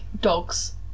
dogs